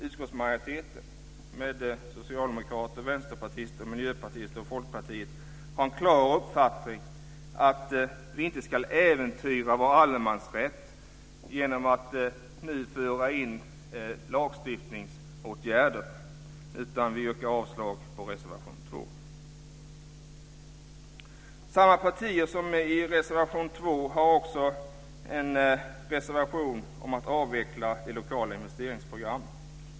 Utskottsmajoriteten, med socialdemokrater, vänsterpartister, miljöpartister och folkpartister, har en klar uppfattning att vi inte ska äventyra vår allemansrätt genom att nu föra in lagstiftningsåtgärder, utan vi yrkar avslag på reservation 2. Samma partier som i reservation 2 har också en reservation om att avveckla de lokala investeringsprogrammen.